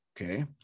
Okay